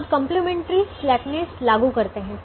अब complementary slackness लागू करते हैं